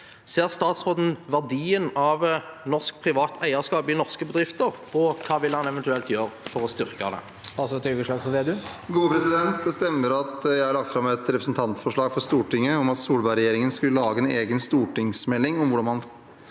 Ser statsråden verdien av norsk privat eierskap i norske bedrifter, og hva vil han eventuelt gjøre for å styrke det?» Statsråd Trygve Slagsvold Vedum Det stemmer at jeg har lagt fram et representantforslag for Stortinget om at Solberg-regjeringen skulle lage en egen stortingsmelding om hvordan man